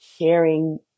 sharing